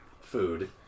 food